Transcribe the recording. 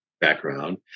background